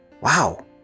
Wow